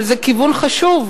אבל זה כיוון חשוב,